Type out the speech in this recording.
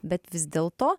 bet vis dėl to